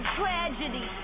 tragedy